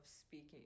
speaking